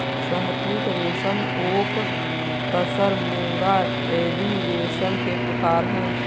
शहतूत रेशम ओक तसर मूंगा एरी रेशम के प्रकार है